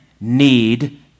need